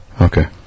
Okay